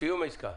סיום עסקה.